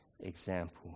example